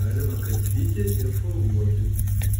galima karpyti ir formuoti